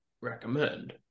recommend